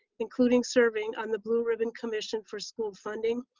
including serving on the blue ribbon commission for school funding,